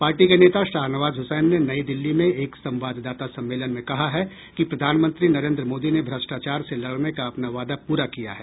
party के नेता शाहनवाज हसैन ने नई दिल्ली में एक संवाददाता सम्मेलन में कहा है कि प्रधानमंत्री नरेन्द्र मोदी ने भ्रष्टाचार से लड़ने का अपना वादा पूरा किया है